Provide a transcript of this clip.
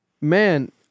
Man